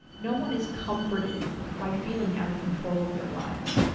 no one is comforted by feeling out of control of their lives.